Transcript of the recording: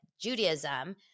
Judaism